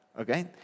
okay